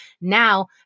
Now